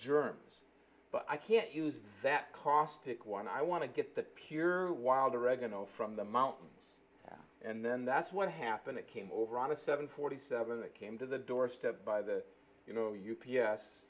germs but i can't use that caustic one i want to get that pure wild oregano from the mountains and then that's what happened it came over on a seven forty seven and came to the door step by the you know